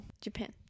japan